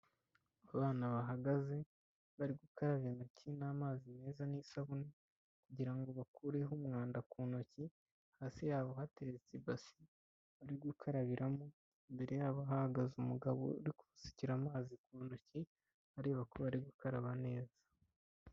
Abana bahagaze bari gukaraba intoki n'amazi meza n'isabune kugira ngo bakureho umwanda ku ntoki, hasi yabo hateretse ibasi bari gukarabiramo, imbere yabo hahagaze umugabo uri kumusukira amazi ku ntoki, areba ko bari gukaraba neza.